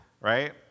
Right